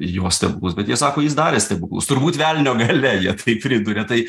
jo stebuklus bet jie sako jis darė stebuklus turbūt velnio galia jie taip priduria tai